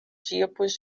tipos